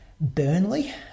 Burnley